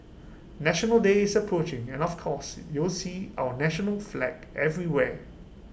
National Day is approaching and of course you'll see our national flag everywhere